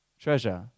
treasure